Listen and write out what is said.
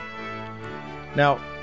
Now